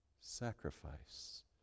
sacrifice